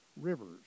rivers